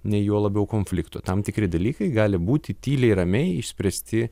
nei juo labiau konfliktų tam tikri dalykai gali būti tyliai ramiai išspręsti